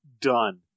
done